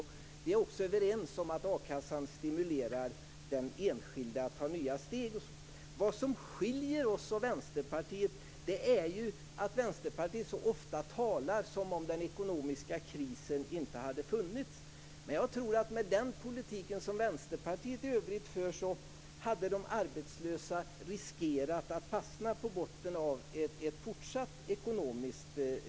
Vi är också överens om att a-kassan stimulerar den enskilde att ta nya steg. Vad som skiljer oss och Vänsterpartiet åt är ju att Vänsterpartiet så ofta talar som om den ekonomiska krisen inte hade funnits. Jag tror att med den politik som Vänsterpartiet i övrigt för hade de arbetslösa riskerat att fastna på botten av ett fortsatt ekonomiskt moras.